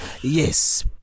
Yes